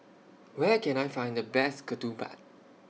Where Can I Find The Best Ketupat